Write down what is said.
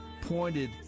pointed